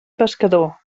pescador